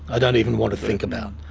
i don't even want to think about.